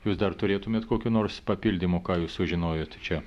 jūs dar turėtumėt kokių nors papildymų ką jūs sužinojot čia